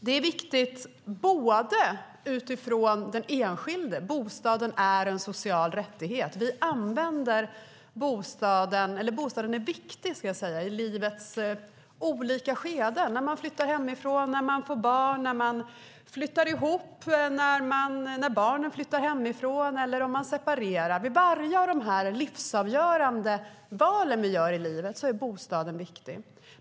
Den är viktig för den enskilde. Bostaden är en social rättighet. Bostaden är viktig i livets olika skeden. Den är viktig när man flyttar hemifrån, när man får barn, när man flyttar ihop, när barnen flyttar hemifrån eller när man separerar. Vid alla de livsavgörande val som vi gör i livet är bostaden viktig.